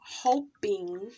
hoping